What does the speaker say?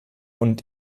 und